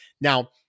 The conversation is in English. Now